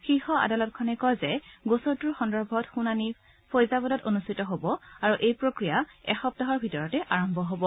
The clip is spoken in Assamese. শীৰ্ষ আদালতখনে কয় যে গোচৰটোৰ সন্দৰ্ভত শুনানি ফৈজাবাদত অনুষ্ঠিত হ'ব আৰু এই প্ৰক্ৰিয়া এসপ্তাহৰ ভিতৰতে আৰম্ভ হ'ব